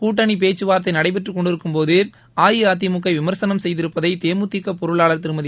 கூட்டணி பேச்சுவார்த்தை நடைபெற்றுக் கொண்டிருக்கும்போது அஇஅதிமுகவை விமர்சனம் செய்திருப்பதை தேமுதிக பொருளாளா திருமதி